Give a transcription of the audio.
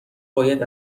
باید